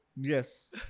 Yes